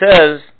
says